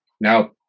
now